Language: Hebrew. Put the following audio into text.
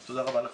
אז תודה רבה לכם.